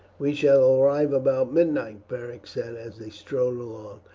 we shall arrive about midnight, beric said as they strode along.